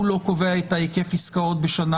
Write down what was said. הוא לא קובע את היקף עסקאות בשנה,